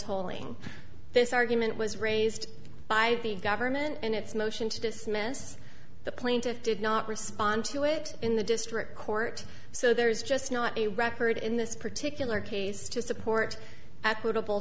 tolling this argument was raised by the government in its motion to dismiss the plaintiff did not respond to it in the district court so there's just not a record in this particular case to support